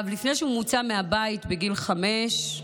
לפני שהוא מוצא מהבית, בגיל חמש,